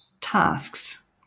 tasks